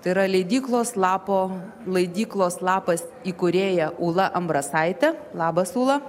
tai yra leidyklos lapo leidyklos lapas įkūrėja ūla ambrasaitė labas ūla